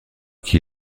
qui